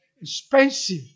expensive